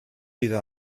iddo